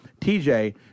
TJ